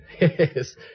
Yes